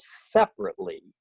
separately